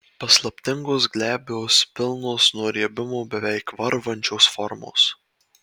paslaptingos glebios pilnos nuo riebumo beveik varvančios formos